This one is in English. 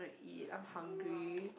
gonna eat I'm hungry